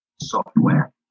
software